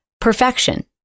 perfection